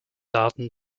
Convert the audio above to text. daten